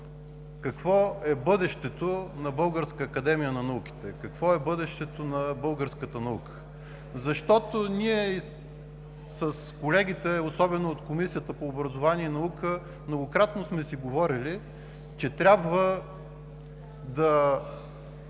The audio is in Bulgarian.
Какво е бъдещето на Българската академия на науките? Какво е бъдещето на българската наука? Защото ние с колегите, особено от Комисията по образованието и науката, многократно сме си говорили, че трябва да